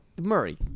Murray